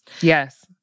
Yes